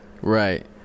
Right